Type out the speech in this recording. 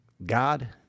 God